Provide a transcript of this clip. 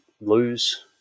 lose